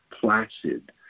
placid